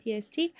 pst